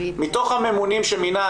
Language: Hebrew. מתוך הממונים שמינה,